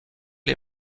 les